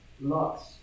Lot's